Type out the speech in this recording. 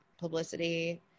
publicity